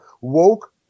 woke